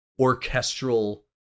orchestral